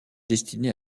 destiné